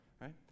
Right